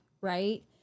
right